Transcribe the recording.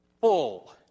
full